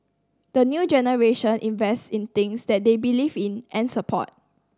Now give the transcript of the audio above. the new generation invests in things that they believe in and support